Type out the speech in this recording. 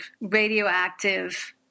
radioactive